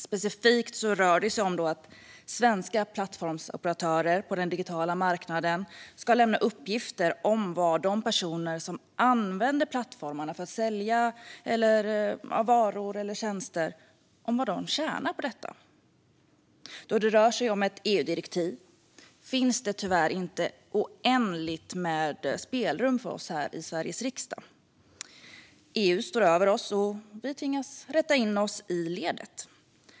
Specifikt rör det sig om att svenska plattformsoperatörer på den digitala marknaden ska lämna uppgifter om vad de personer som använder plattformarna för att sälja varor eller tjänster tjänar på detta. Då det rör sig om ett EU-direktiv finns det tyvärr inte oändligt med spelrum för oss här i Sveriges riksdag. EU står över oss, och vi tvingas rätta in oss i ledet.